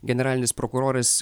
generalinis prokuroras